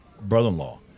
brother-in-law